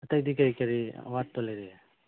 ꯑꯇꯩꯗꯤ ꯀꯔꯤ ꯀꯔꯤ ꯑꯋꯥꯠꯄ ꯂꯩꯔꯤ